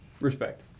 Respect